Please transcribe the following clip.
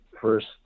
first